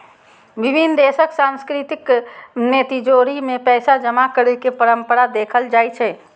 विभिन्न देशक संस्कृति मे तिजौरी मे पैसा जमा करै के परंपरा देखल जाइ छै